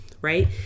right